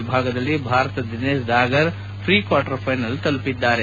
ವಿಭಾಗದಲ್ಲಿ ಭಾರತದ Dinesh Dagar pre quarter finals ತಲುಪಿದ್ದಾರೆ